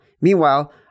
Meanwhile